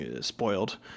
spoiled